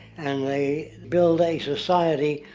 and they built a society,